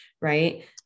Right